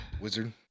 Wizard